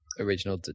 original